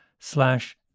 Slash